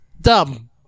dumb